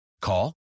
Call